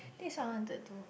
this I wanted to